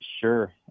Sure